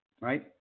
Right